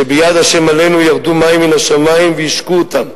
שביד השם עלינו ירדו מים מן השמים והשקו אותם,